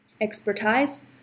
expertise